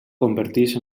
converteix